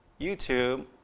YouTube